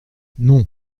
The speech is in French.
non